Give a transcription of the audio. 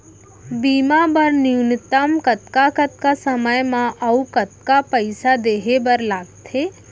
बीमा बर न्यूनतम कतका कतका समय मा अऊ कतका पइसा देहे बर लगथे